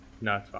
no